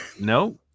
No